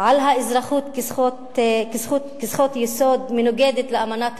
על האזרחות כזכות יסוד, מנוגדת לאמנת האו"ם?